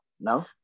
no